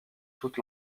toute